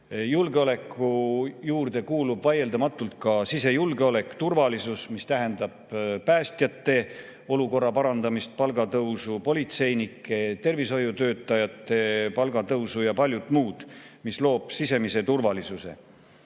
Julgeoleku juurde kuulub vaieldamatult ka sisejulgeolek ja ‑turvalisus, mis tähendab päästjate olukorra parandamist, palgatõusu, politseinike ja tervishoiutöötajate palga tõusu ja paljut muud, mis loob sisemise turvalisuse.